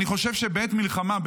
אני חושב שבעת מלחמה,